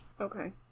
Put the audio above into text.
Okay